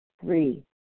Three